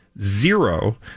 zero